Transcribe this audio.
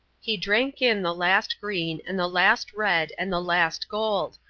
he drank in the last green and the last red and the last gold,